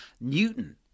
Newton